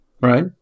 right